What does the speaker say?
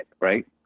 Right